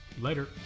Later